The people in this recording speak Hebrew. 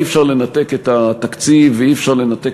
אי-אפשר לנתק את התקציב ואי-אפשר לנתק